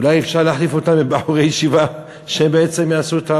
אולי אפשר להחליף אותם בבחורי ישיבה שבעצם יעשו את העבודה.